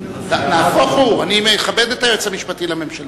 נהפוך הוא, אני מכבד את היועץ המשפטי לממשלה.